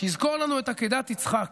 שיזכור לנו את עקדת יצחק.